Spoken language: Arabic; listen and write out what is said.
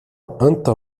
أنت